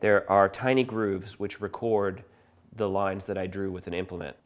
there are tiny grooves which record the lines that i drew with an implement